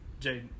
Jaden